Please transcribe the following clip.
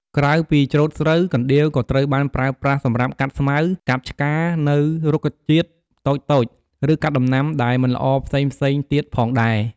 ក្រៅពីច្រូតស្រូវ កណ្ដៀវក៏ត្រូវបានប្រើប្រាស់សម្រាប់កាត់ស្មៅ កាប់ឆ្កានៅរុក្ខជាតិតូចៗ ឬកាត់ដំណាំដែលមិនល្អផ្សេងៗទៀតផងដែរ។